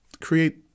create